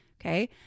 Okay